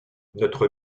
notre